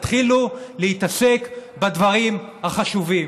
תתחילו להתעסק בדברים החשובים.